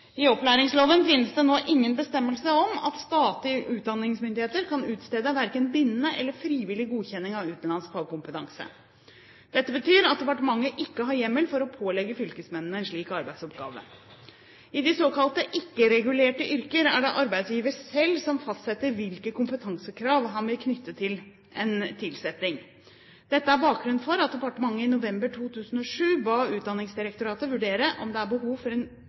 I opplæringsloven finnes det nå ingen bestemmelser om at statlige utdanningsmyndigheter kan utstede verken bindende eller frivillig godkjenning av utenlandsk fagkompetanse. Dette betyr at departementet ikke har hjemmel for å pålegge fylkesmennene en slik arbeidsoppgave. I de såkalte ikke-regulerte yrker er det arbeidsgiver selv som fastsetter hvilke kompetansekrav han vil knytte til en tilsetting. Dette er bakgrunnen for at departementet i november 2007 ba Utdanningsdirektoratet vurdere om det er behov for